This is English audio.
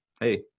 Hey